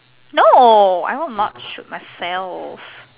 no I won't not shoot myself